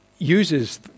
uses